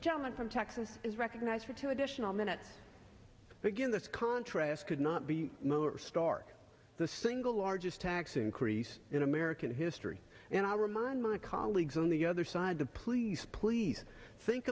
gentleman from texas is recognized for two additional minutes again this contrast could not be stark the single largest tax increase in american history and i remind my colleagues on the other side to please please think